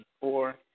four